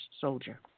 soldier